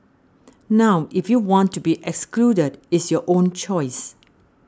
now if you want to be excluded it's your own choice